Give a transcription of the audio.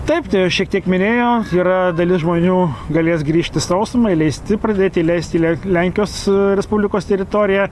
taip tai aš šiek tiek minėjau yra dalis žmonių galės grįžt į sausumą įleisti pradėt įleist į į lenkijos respublikos teritoriją